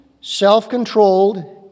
self-controlled